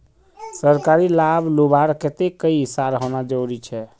सरकारी लाभ लुबार केते कई साल होना जरूरी छे?